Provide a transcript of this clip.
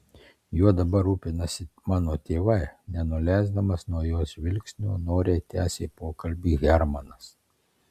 juo dabar rūpinasi mano tėvai nenuleisdamas nuo jos žvilgsnio noriai tęsė pokalbį hermanas